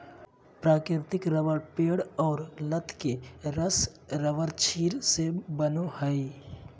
प्राकृतिक रबर पेड़ और लत के रस रबरक्षीर से बनय हइ